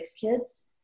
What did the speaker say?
kids